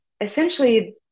essentially